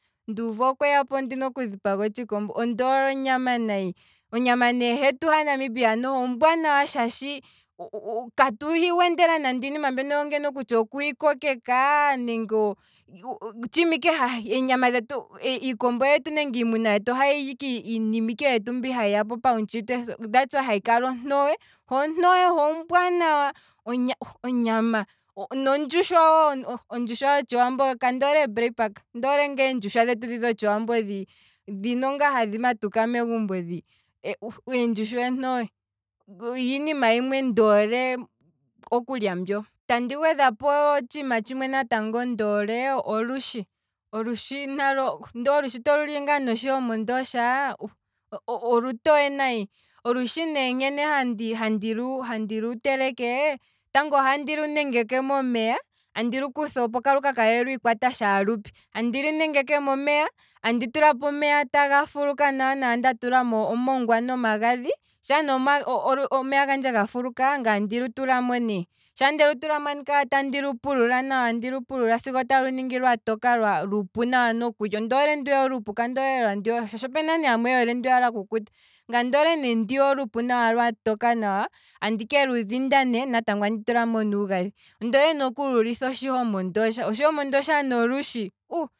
Nduuvu okweya po ondina okudhipaga otshikombo, ondoole onyama nayi, onyama noho hetu hanamibia, ombwaanawa shaashi katu hi wendela nande iinima mbyono ngeno kutya okuhi kokeka, otshiima ike, eenyama dhetu, iikombo yetu ohayi li ike iinima ike yetu mbi hayi yapo pawu tshitwe, thats why hayi kala ontowe ho ombwaanawa, oh onyama, ondjushwa hotshiwambo, kaandole a braipark, ondoole ngaa endjushwa dhetu dhino dho tshiwambo dhi, dhi ngaa hadhi matuka megumbo dhi, uh, eendjushwa eentowe, oyo iinima yimwe ndoole okulya mbyo. Tandi gwedhapo wo otshiima tshimwe natango ndoole, olushi, olushu nalo ndee olushi to luli ngaa noshi homo ndoosha, olutowe nayi, olushi ne nkene handi lu- handi lu teleke, tango ohandi lunengeke momeya, andi lu kutha opo kalu ka kale lwiikwata shaalupi, andi lunengeke momeya, andi tulapo omeya taga fuluka nawa nawa nda tulamo omongwa nomagadhi, sha ne omeya gandje ga fuluka, ngaye andi lutulamo ne, sha ndelu tulamo andikala tandi lu pilula tandi lu pilula sigo talu kala lwatoka olupu nawa nokulya, ondoole ndwiya olupu shaashi opena aantu yamwe yoole ndwiya lwakukuta. ngaye ondoole ne ndwiya olupu lwatoka nawa, andike ludhinda ne, ngaye andi tulamo omagadhi, ondoole okulu litha ne noshi homondoosha, oshi homo ndoosha, uh